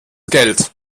geld